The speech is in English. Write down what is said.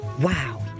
Wow